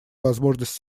возможность